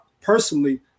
personally